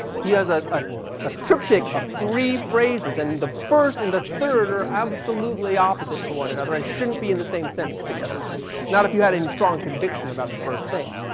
he has a ah ah triptych of three phrases, and the first and the third are absolutely opposite to one another and shouldn't be in the same sentence together not if you had any strong conviction about the first thing.